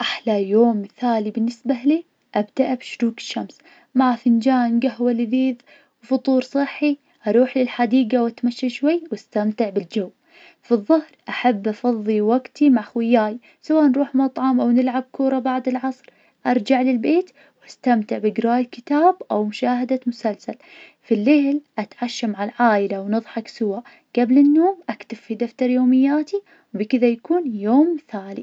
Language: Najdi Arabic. أحلى يوم مثالي بالنسبة لي, أبدأه بشروق الشمس, مع فنجان قهوة لذيذ, وفطور صحي, أروح للحديقة واتمشي شوي واستمتع بالجو, فالظهر أحب افضي وقتي مع خوياي, سواء نروح مطعم أو نلعب كورة بعد العصر, أرجع للبيت واستمتع بقرية كتاب أو مشاهدة مسلسل, في الليل, أتعشى مع العائلة, ونضحك سوا, قبل النوم, اكتب في دفتر يومياتي, بكذا يكون يوم مثالي.